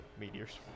meteors